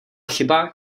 chyba